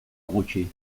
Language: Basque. gutxi